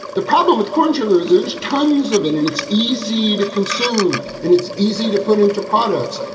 the problem with conjugal visits, tons of it. and it's easy to consume and it's easy to put into products.